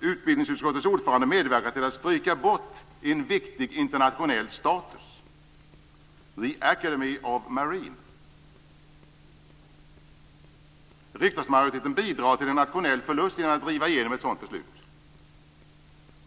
Utbildningsutskottets ordförande medverkar till att stryka bort en viktig internationell status - The Academy of Marine. Riksdagsmajoriteten bidrar till en nationell förlust genom att driva igenom ett sådant beslut.